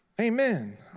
Amen